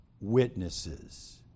witnesses